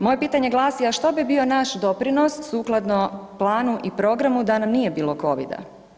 Moje pitanje glasi, a što bi bio naš doprinos sukladno planu i programu da nam nije bilo covida?